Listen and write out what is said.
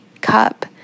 cup